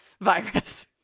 virus